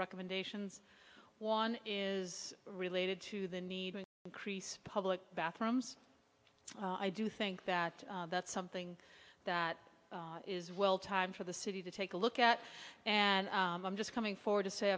recommendations one is related to the need an increase public bathrooms i do think that that's something that is well time for the city to take a look at and i'm just coming forward to say